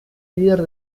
líder